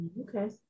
Okay